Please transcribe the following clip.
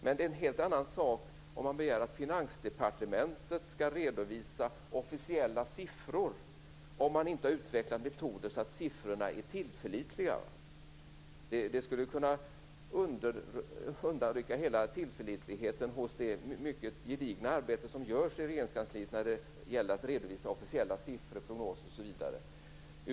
Men det är en helt annan sak om man begär att Finansdepartementet skall redovisa officiella siffror om man inte har utvecklat metoder som gör att siffrorna är tillförlitliga. Det skulle kunna undanrycka tillförlitligheten i hela det mycket gedigna arbete som utförs i Regeringskansliet när det gäller att redovisa officiella siffror, prognoser osv.